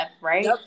right